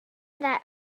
that